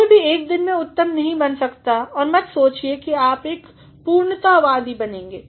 कोई भी एक दिन में उत्तम नहीं बन सकता और मत सोचिए कि आप एकपूर्णतावादीबनेंगे